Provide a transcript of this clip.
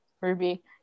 Ruby